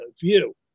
view